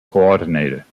coordinator